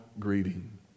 greeting